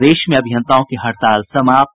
प्रदेश में अभियंताओं की हड़ताल समाप्त